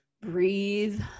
breathe